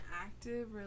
active